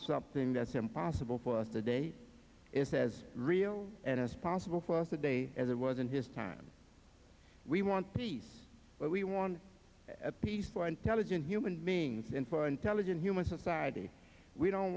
something that's impossible for us today is as real and as possible for us today as it was in his time we want peace but we want peace for intelligent human beings and for intelligent human society we don't